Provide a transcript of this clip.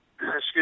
excuse